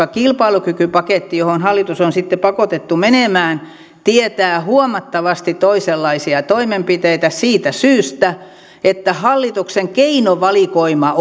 koska kilpailukykypaketti johon hallitus on sitten pakotettu menemään tietää huomattavasti toisenlaisia toimenpiteitä siitä syystä että hallituksen keinovalikoima